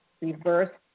reverse